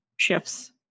shifts